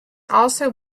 also